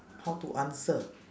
how to answer